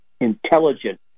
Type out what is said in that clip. intelligent